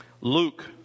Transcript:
Luke